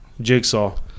Jigsaw